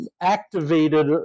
activated